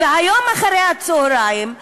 היום אחרי-הצהריים,